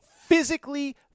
physically